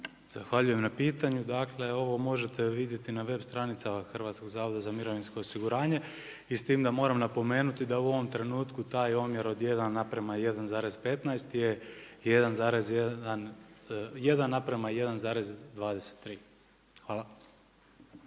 Zahvaljujem na pitanju. Dakle ovo možete vidjeti na web stranicama HZMO-a i s tim da moram napomenuti da u ovom trenutku taj omjer od 1:1,15 je 1:1,23. Hvala.